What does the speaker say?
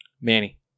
Manny